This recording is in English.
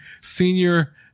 senior